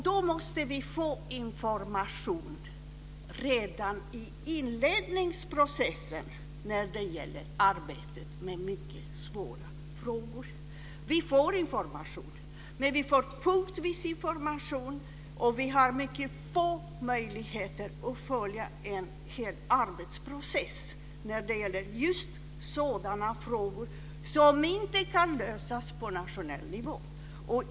Vi måste få information redan i inledningsprocessen av arbetet med mycket svåra frågor. Vi får information punktvis. Vi har mycket få möjligheter att följa en hel arbetsprocess i frågor som inte kan lösas på nationell nivå.